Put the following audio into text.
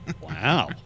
Wow